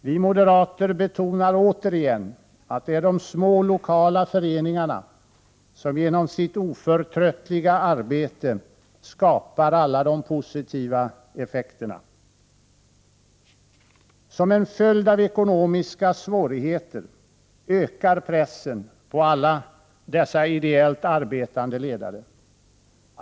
Vi moderater betonar återigen att det är de små, lokala föreningarna som genom sitt oförtröttliga arbete skapar alla de positiva effekterna. Som en följd av ekonomiska svårigheter ökar pressen på alla dessa ideellt arbetande ledare.